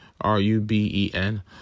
R-U-B-E-N